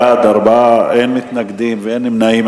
בעד, 4, אין מתנגדים ואין נמנעים.